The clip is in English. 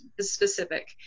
specific